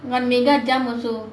the mega jump also